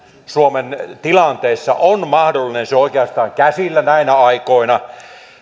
suomen tilanteessa on mahdollinen se on oikeastaan käsillä näinä aikoina